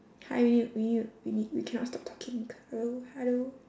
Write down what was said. hi we need to we need to we we cannot stop talking hello hello